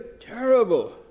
terrible